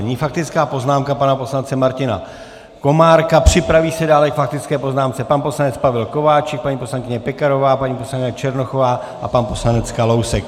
Nyní faktická poznámka pana poslance Martina Komárka, připraví se dále k faktické poznámce pan poslanec Pavel Kováčik, paní poslankyně Pekarová, paní poslankyně Černochová a pan poslanec Kalousek.